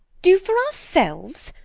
do for ourselves.